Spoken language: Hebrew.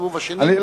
בסיבוב השני.